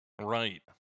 Right